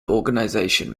organisation